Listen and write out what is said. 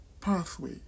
pathway